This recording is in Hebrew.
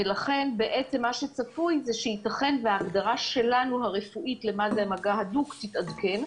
לכן מה שצפוי זה שייתכן שההגדרה הרפואית שלנו למגע הדוק תתעדכן.